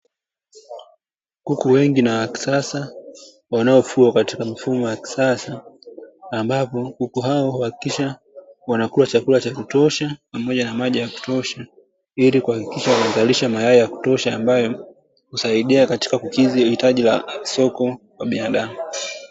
Kuku wengi na wa kisasa wanaofugwa katika mfumo wa kisasa, ambapo kuku hao huhakikisha wanakula chakula cha kutosha pamoja na maji ya kutosha ili kuhakikisha wanazalisha mayai ya kutosha ambayo husaidia katika kukidhi hitaji la soko kwa binadamu.